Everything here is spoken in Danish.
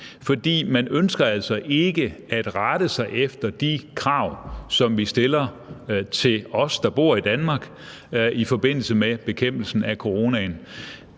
man ønsker altså ikke at rette sig efter de krav, som vi stiller til os, der bor i Danmark, i forbindelse med bekæmpelsen af coronaen.